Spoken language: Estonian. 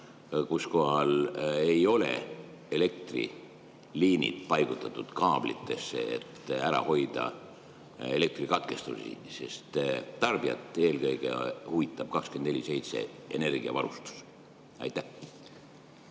kus ei ole elektriliinid paigutatud kaablitesse, et ära hoida elektrikatkestusi? Sest tarbijat huvitab eelkõige 24/7 energiavarustus. Aitäh,